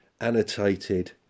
annotated